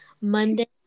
monday